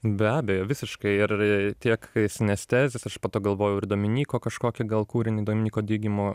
be abejo visiškai ir tiek synaesthesis aš po to galvojau ir dominyko kažkokį gal kūrinį dominyko digimo